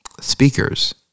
Speakers